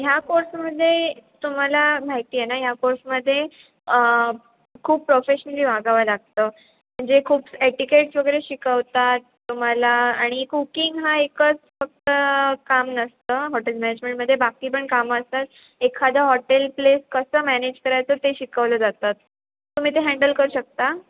ह्या कोर्समध्ये तुम्हाला माहिती आहे ना ह्या कोर्समध्ये खूप प्रोफेशनली वागावं लागतं म्हणजे खूप ॲटिकेट्स वगैरे शिकवतात तुम्हाला आणि कुकिंग हा एकच फक्त काम नसतं हॉटेल मॅनेजमेंटमध्ये बाकी पण कामं असतात एखादं हॉटेल प्लेस कसं मॅनेज करायचं ते शिकवलं जातात तुम्ही ते हॅन्डल करू शकता